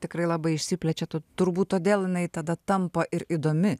tikrai labai išsiplečia tad turbūt todėl jinai tada tampa ir įdomi